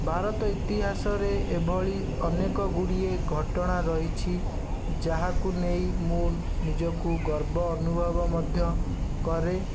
ଭାରତ ଇତିହାସରେ ଏଭଳି ଅନେକ ଗୁଡ଼ିଏ ଘଟଣା ରହିଛି ଯାହାକୁ ନେଇ ମୁଁ ନିଜକୁ ଗର୍ବ ଅନୁଭବ ମଧ୍ୟ କରେ